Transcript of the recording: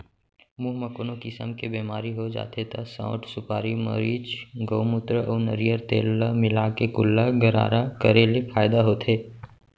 मुंह म कोनो किसम के बेमारी हो जाथे त सौंठ, सुपारी, मरीच, गउमूत्र अउ नरियर तेल ल मिलाके कुल्ला गरारा करे ले फायदा होथे